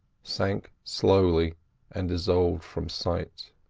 sank slowly and dissolved from sight.